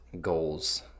goals